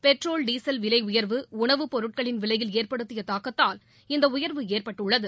petrol diesel விலை உயர்வு உணவுப் பொருட்களின் விலையில் ஏற்படுத்திய தாக்கத்தால் இந்த உயர்வு ஏற்பட்டுள்ளது